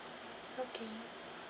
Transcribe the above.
okay